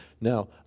Now